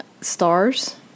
stars